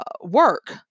work